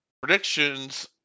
predictions